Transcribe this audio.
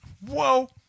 whoa